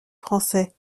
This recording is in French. français